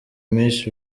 miss